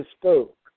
spoke